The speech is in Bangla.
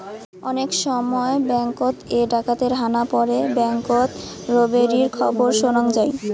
অনেক সময় ব্যাঙ্ককোত এ ডাকাতের হানা পড়ে ব্যাঙ্ককোত রোবেরির খবর শোনাং যাই